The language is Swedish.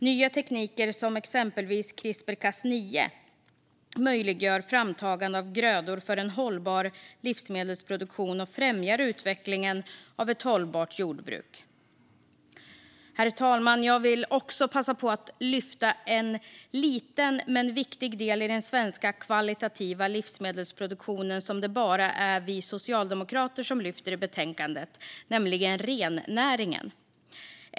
Nya tekniker som exempelvis CRISPR/Cas9 möjliggör framtagande av grödor för en hållbar livsmedelsproduktion och främjar utvecklingen av ett hållbart jordbruk. Herr talman! Jag vill passa på att lyfta en liten men viktig del i den svenska högkvalitativa livsmedelsproduktionen som det bara är vi socialdemokrater som lyfter i betänkandet, nämligen rennäringen.